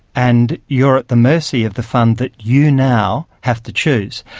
and you are at the mercy of the fund that you now have to choose.